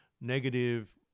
negative